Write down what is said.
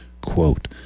Quote